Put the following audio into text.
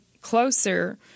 closer